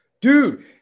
dude